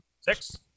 Six